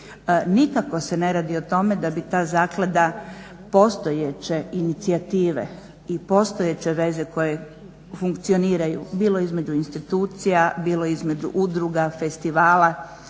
Nikako se ne radi o tome da bi ta zaklada postojeće inicijative i postojeće veze koje funkcioniraju bilo između institucija, bilo između udruga, festivala